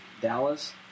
Dallas